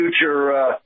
future